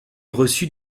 reçut